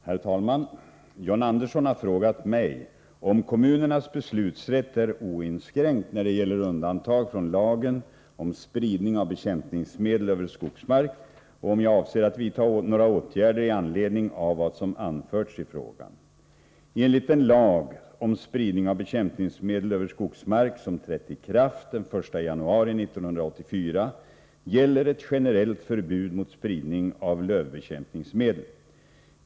Herr talman! John Andersson har frågat mig om kommunernas beslutsrätt är oinskränkt när det gäller undantag från lagen om spridning av bekämpningsmedel över skogsmark och om jag avser att vidta några åtgärder i anledning av vad som anförts i frågan. Enligt den lag om spridning av bekämpningsmedel över skogsmark som trätt i kraft den 1 januari 1984 gäller ett generellt förbud mot spridning av lövbekämpningsmedel.